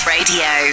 Radio